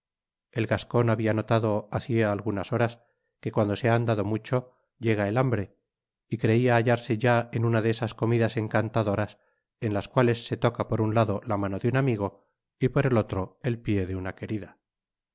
el gascon habia notado hacia algunas horas que cuando se ha andado mucho llega el hambre y creia hallarse ya en una de esas comidas encantadoras en las cuales se toca por un lado la mano de un amigo y por el otro el pié de una querida